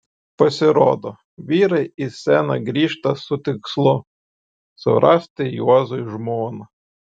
pasirodo vyrai į sceną grįžta su tikslu surasti juozui žmoną